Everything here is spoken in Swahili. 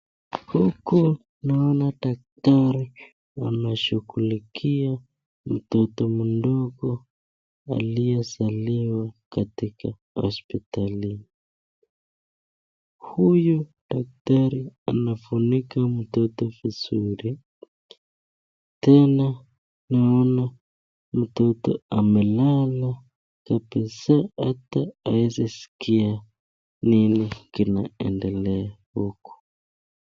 Huku naona daktari anashughulikia mtoto mdogo aliyezaliwa katika hospitali. Huyu daktari anafunika mtoto vizuri tena naona mtoto amelala kabisaa hata hawezi skia nini inaendelea huku.